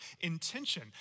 intention